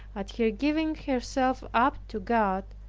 at her giving herself up to god,